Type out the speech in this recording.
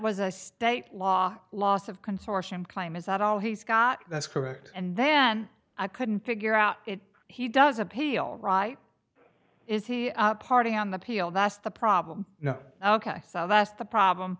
was a state law loss of consortium claim is that all he's got that's correct and then i couldn't figure out if he does appeal right is he a party on the peel that's the problem ok well that's the problem